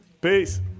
Peace